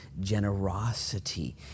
generosity